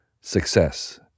success